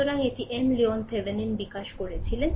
সুতরাং এটি M Leon Thevenin বিকাশ করেছিলেন